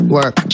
Work